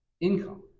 income